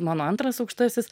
mano antras aukštasis